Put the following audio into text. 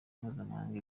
mpuzamahanga